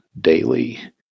daily